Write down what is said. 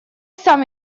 сам